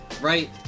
right